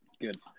Good